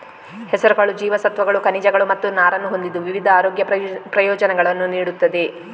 ಹೆಸರುಕಾಳು ಜೀವಸತ್ವಗಳು, ಖನಿಜಗಳು ಮತ್ತು ನಾರನ್ನು ಹೊಂದಿದ್ದು ವಿವಿಧ ಆರೋಗ್ಯ ಪ್ರಯೋಜನಗಳನ್ನು ನೀಡುತ್ತದೆ